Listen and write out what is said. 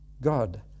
God